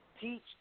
Teach